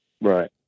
Right